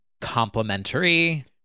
complimentary